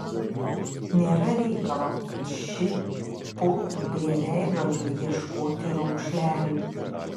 nėra reikalo kad ši pultų prie veidrodžio ieškoti raukšlelių